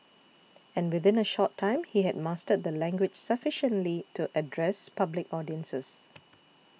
and within a short time he had mastered the language sufficiently to address public audiences